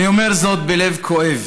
אני אומר זאת בלב כואב: